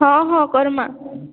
ହଁ ହଁ କର୍ମା